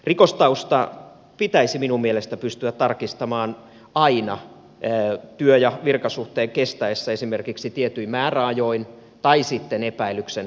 rikostausta pitäisi minun mielestäni pystyä tarkistamaan aina työ ja virkasuhteen kestäessä esimerkiksi tietyin määräajoin tai sitten epäilyksen herätessä